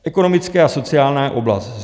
Ekonomická a sociální oblast.